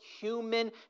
human